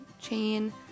chain